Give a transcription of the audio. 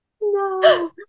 No